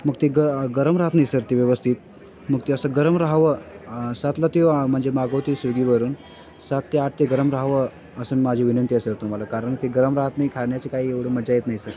मग ते ग गरम राहत नाही सर ते व्यवस्थित मग ते असं गरम राहावं सातला तो म्हणजे मागवतो आहे स्विगीवरून सात ते आठ ते गरम राहावं असं माझी विनंती असेल तुम्हाला कारण ते गरम राहत नाही खाण्याची काही एवढं मजा येत नाही सर